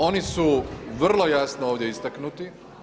Oni su vrlo jasno ovdje istaknuti.